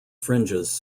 fringes